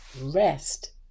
rest